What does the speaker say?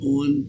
on